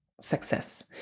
success